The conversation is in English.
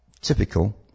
typical